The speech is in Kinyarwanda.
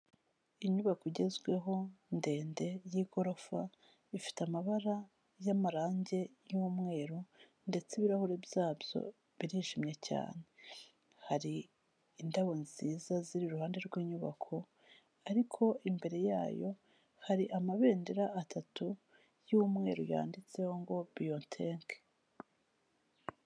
Inyubako igezweho ndende y'igorofa, ifite amabara y'amarangi y'umweru ndetse ibirahuri byabyo birijimye cyane, hari indabo nziza ziri iruhande rw'inyubako, ariko imbere yayo hari amabendera atatu y'umweru yanditseho ngo Biothech.